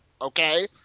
Okay